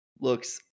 looks